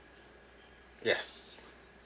yes